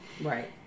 Right